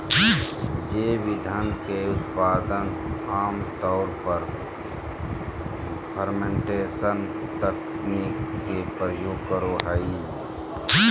जैव ईंधन के उत्पादन आम तौर पर फ़र्मेंटेशन तकनीक के प्रयोग करो हइ